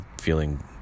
feeling